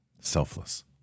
Selfless